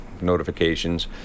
notifications